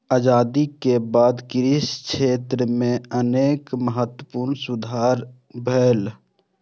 आजादी के बाद कृषि क्षेत्र मे अनेक महत्वपूर्ण सुधार भेलैए